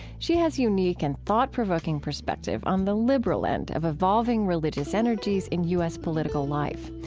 she has unique and thought-provoking perspective on the liberal end of evolving religious energies in u s. political life.